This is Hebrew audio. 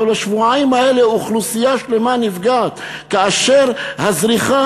אבל בשבועיים האלה אוכלוסייה שלמה נפגעת כאשר הזריחה